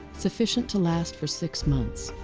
sufficient to last for six months.